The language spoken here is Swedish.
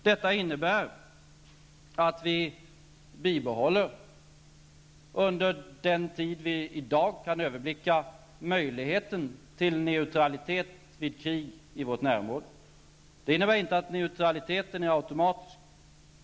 Detta innebär att vi, under den tid vi i dag kan överblicka, bibehåller möjligheten till neutralitet vid krig i vårt närområde. Det innebär inte att neutraliteten är automatisk.